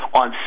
on